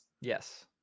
yes